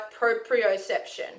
proprioception